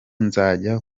nzajya